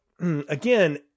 again